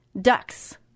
ducks